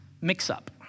mix-up